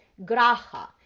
graha